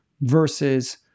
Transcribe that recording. Versus